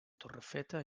torrefeta